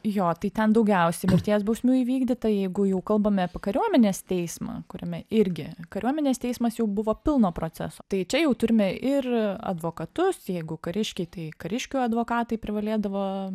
jo tai ten daugiausiai mirties bausmių įvykdyta jeigu jau kalbame apie kariuomenės teismą kuriame irgi kariuomenės teismas jau buvo pilno proceso tai čia jau turime ir advokatus jeigu kariškiai tai kariškių advokatai privalėdavo